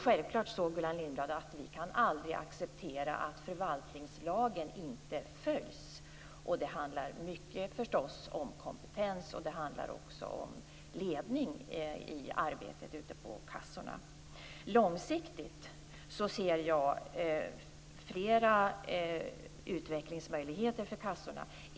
Självklart, Gullan Lindblad, kan vi aldrig acceptera att förvaltningslagen inte följs. Det handlar förstås mycket om kompetens. Det handlar också om ledning i arbetet ute på kassorna. Långsiktigt ser jag flera utvecklingsmöjligheter för kassorna.